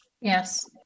Yes